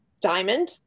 diamond